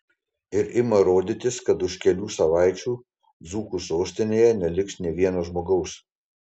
ir ima rodytis kad už kelių savaičių dzūkų sostinėje neliks nei vieno žmogaus